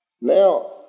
Now